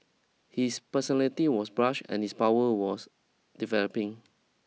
his personality was brash and his powers was developing